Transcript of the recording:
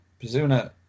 Bazuna